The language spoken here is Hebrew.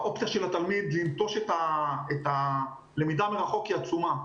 האופציה של התלמיד לנטוש את הלמידה מרחוק היא עצומה.